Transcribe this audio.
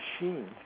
machine